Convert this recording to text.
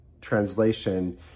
translation